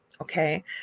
okay